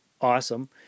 awesome